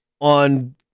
on